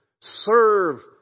serve